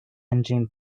engine